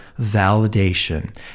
validation